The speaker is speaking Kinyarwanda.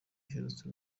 iherutse